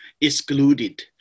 excluded